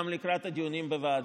גם לקראת הדיונים בוועדה.